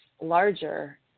larger